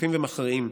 הולכים ומכריעים,